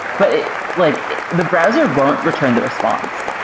but like the browser won't return the response,